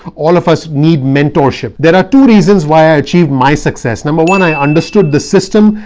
all of us need mentorship. there are two reasons why i achieved my success. number one, i understood the system.